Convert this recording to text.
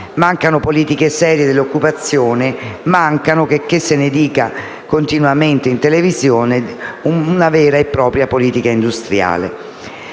Mancano politiche serie dell'occupazione e manca, checché se ne dica continuamente in televisione, una vera e propria politica industriale.